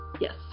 yes